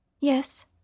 Yes